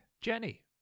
Jenny